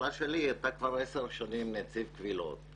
השאלה שלי היא: אתה כבר עשר שנים נציב קבילות.